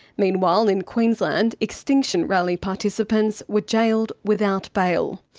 meanwhile in queensland, extinction rally participants were jailed without bail.